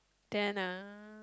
then uh